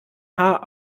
haar